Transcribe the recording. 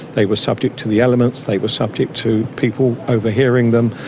they were subject to the elements, they were subject to people overhearing them,